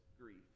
grief